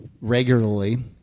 regularly